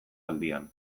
aldian